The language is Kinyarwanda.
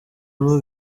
uwo